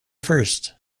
first